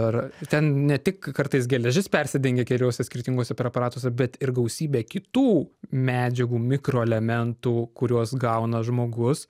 ar ten ne tik kartais geležis persidengia keliuose skirtinguose preparatuose bet ir gausybė kitų medžiagų mikroelementų kuriuos gauna žmogus